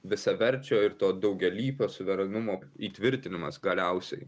visaverčio ir to daugialypio suverenumo įtvirtinimas galiausiai